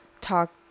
talk